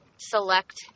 select